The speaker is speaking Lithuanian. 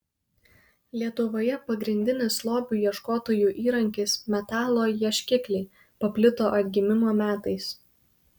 lietuvoje pagrindinis lobių ieškotojų įrankis metalo ieškikliai paplito atgimimo metais